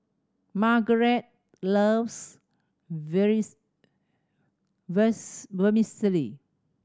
Margarette loves Vermicelli